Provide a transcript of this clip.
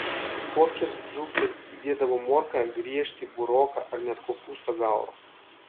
į puokštes dzūkės įdėdavo morką griežtį buroką ar net kopūsto galvą